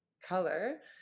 color